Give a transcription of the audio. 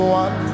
one